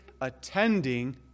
attending